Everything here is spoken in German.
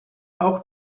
auch